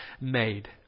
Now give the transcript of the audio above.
made